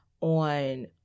on